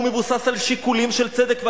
הוא מבוסס על שיקולים של צדק והגינות.